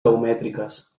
geomètriques